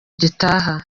gitaha